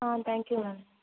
ah thank you ma'am